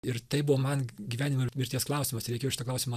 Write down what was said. ir tai buvo man gyvenimo ir mirties klausimas reikėjo šitą klausimą